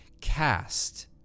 cast